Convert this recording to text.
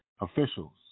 officials